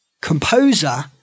composer